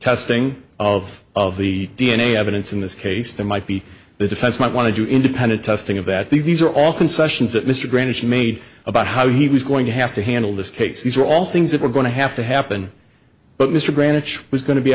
testing of of the d n a evidence in this case that might be the defense might want to do independent testing of that these are all concessions that mr greenwich made about how he was going to have to handle this case these are all things that were going to have to happen but mr branch was going to be